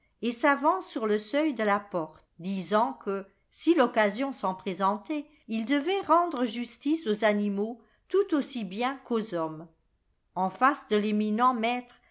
et s'avance sur le seuil de la porte disant que si l'occasion s'en présentait il devait rendre justice aux animaux tout aussi bien qu'aux hommes en face de l'éminent maître